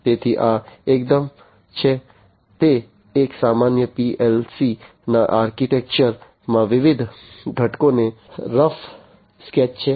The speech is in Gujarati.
તેથી આ એકદમ છે તે એક સામાન્ય PLC ના આર્કિટેક્ચરમાં વિવિધ ઘટકોનું રફ સ્કેચ છે